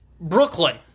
Brooklyn